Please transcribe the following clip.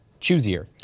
choosier